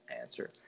answer